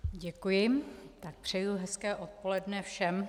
Děkuji a přeji hezké odpoledne všem.